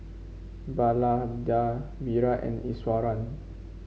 Vallabhbhai Virat and Iswaran